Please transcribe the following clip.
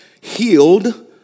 healed